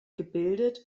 gebildet